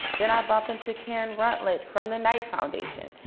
then i bump into karen rutledge from the knight foundation,